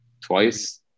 twice